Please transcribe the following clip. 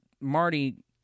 marty